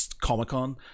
Comic-Con